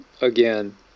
again